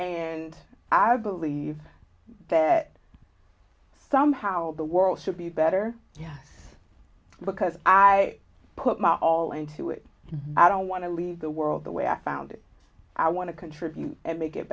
and i believe that somehow the world should be better yes because i put my all into it i don't want to leave the world the way i found it i want to contribute and make it